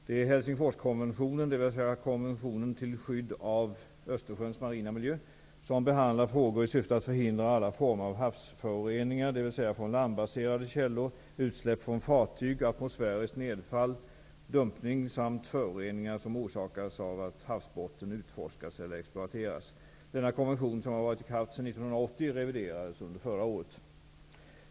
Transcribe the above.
Det är Helsingforskonventionen, dvs. konventionen till skydd av Östersjöns marina miljö, som behandlar frågor i syfte att förhindra alla former av havsföroreningar, dvs. från landbaserade källor, utsläpp från fartyg, atmosfäriskt nedfall, dumpning samt föroreningar som orsakas av att havsbotten urforskas eller exploateras. Denna konvention, som har varit i kraft sedan 1980, reviderades under förra året.